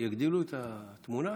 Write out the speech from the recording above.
יגדילו את התמונה.